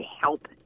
help